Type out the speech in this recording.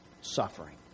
suffering